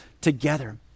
together